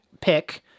pick